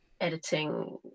editing